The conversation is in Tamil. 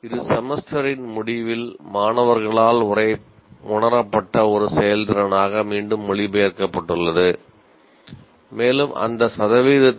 இணைப்போம்